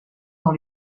dans